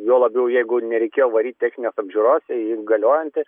juo labiau jeigu nereikėjo varyt techninės apžiūros ji galiojanti